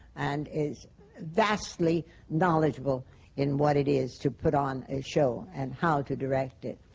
and is vastly knowledgeable in what it is to put on a show and how to direct it.